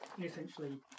essentially